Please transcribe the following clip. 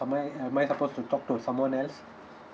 am I am I suppose to talk to someone else